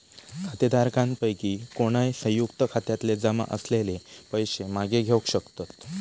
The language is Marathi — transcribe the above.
खातेधारकांपैकी कोणय, संयुक्त खात्यातले जमा असलेले पैशे मागे घेवक शकतत